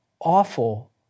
awful